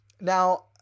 Now